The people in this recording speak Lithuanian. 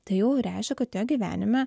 tai jau reiškia kad jo gyvenime